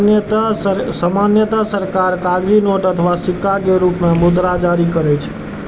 सामान्यतः सरकार कागजी नोट अथवा सिक्का के रूप मे मुद्रा जारी करै छै